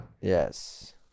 Yes